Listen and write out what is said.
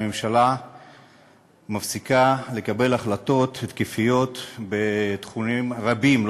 הממשלה מפסיקה לקבל החלטות התקפיות בתחומים רבים,